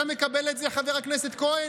אתה מקבל את זה, חבר הכנסת כהן?